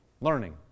learning